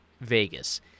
Vegas